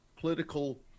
political